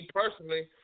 personally